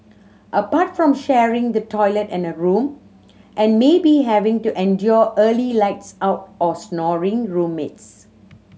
apart from sharing the toilet and a room and maybe having to endure early lights out or snoring roommates